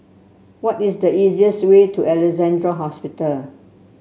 what is the easiest way to Alexandra Hospital